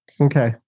Okay